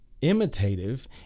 imitative